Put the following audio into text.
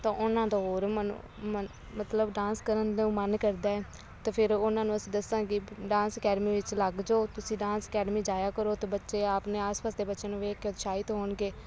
ਤਾਂ ਉਹਨਾਂ ਦਾ ਹੋਰ ਮਨ ਮਨ ਮਤਲਬ ਡਾਂਸ ਕਰਨ ਨੂੰ ਮਨ ਕਰਦਾ ਅਤੇ ਫਿਰ ਉਹਨਾਂ ਨੂੰ ਅਸੀਂ ਦੱਸਾਂਗੇ ਡਾਂਸ ਅਕੈਡਮੀ ਵਿੱਚ ਲੱਗ ਜਾਓ ਤੁਸੀਂ ਡਾਂਸ ਅਕੈਡਮੀ ਜਾਇਆ ਕਰੋ ਅਤੇ ਬੱਚੇ ਆਪ ਨੇ ਆਸ ਪਾਸ ਦੇ ਬੱਚੇ ਨੂੰ ਵੇਖ ਕੇ ਉਤਸ਼ਾਹਿਤ ਹੋਣਗੇ